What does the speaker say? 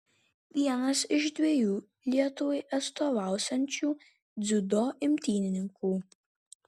vienas iš dviejų lietuvai atstovausiančių dziudo imtynininkų